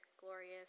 glorious